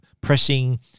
pressing